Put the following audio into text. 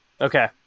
okay